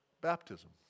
baptism